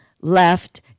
left